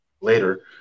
later